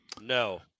No